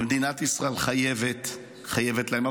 ומדינת ישראל חייבת להם.